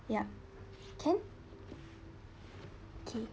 ya can okay